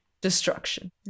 Destruction